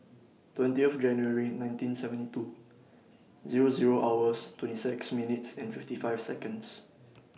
twentieth January nineteen seventy two Zero Zero hours twenty six minutes and fifty five Seconds